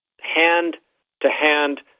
hand-to-hand